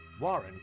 Warren